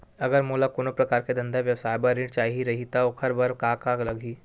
अगर मोला कोनो प्रकार के धंधा व्यवसाय पर ऋण चाही रहि त ओखर बर का का लगही?